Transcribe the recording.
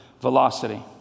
velocity